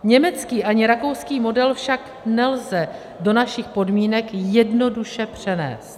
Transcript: Německý ani rakouský model však nelze do našich podmínek jednoduše přenést.